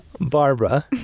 Barbara